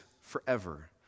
forever